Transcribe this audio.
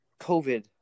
covid